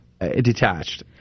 Detached